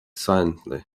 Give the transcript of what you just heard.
silently